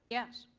yes.